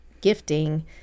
gifting